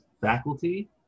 faculty